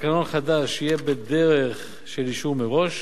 חדש יהיה בדרך של אישור מראש,